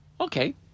Okay